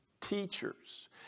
teachers